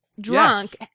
drunk